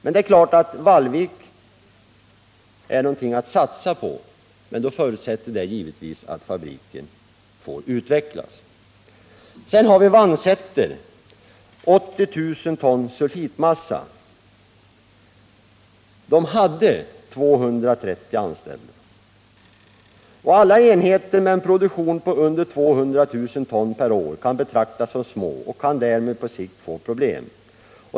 Naturligtvis är Vallvik någonting att satsa på, men en förutsättning är då att fabriken får utvecklas. Sedan har vi Vannsäter med en kapacitet på 80 000 ton sulfitmassa. Där hade man 230 anställda. Alla enheter med en produktion under 200 000 ton per år kan betraktas som små och kan därmed på sikt få problem.